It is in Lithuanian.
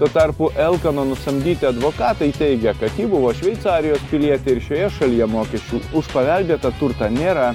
tuo tarpu elkano nusamdyti advokatai teigia kad ji buvo šveicarijos pilietė ir šioje šalyje mokesčių už paveldėtą turtą nėra